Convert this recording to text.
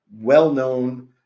well-known